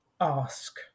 ask